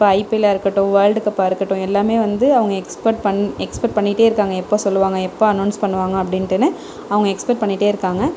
இப்போ ஐபிஎல்லா இருக்கட்டும் வேர்ல்டு கப்பா இருக்கட்டும் எல்லாமே வந்து அவங்க எக்ஸ்பட் பண்ணி எக்ஸ்பெட் பண்ணிட்டே இருக்காங்க எப்போ சொல்வாங்க எப்போ அனவுன்ஸ் பண்ணுவாங்க அப்படின்ட்டுன்னு அவங்க எக்ஸ்பெட் பண்ணிட்டே இருக்காங்க